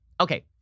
Okay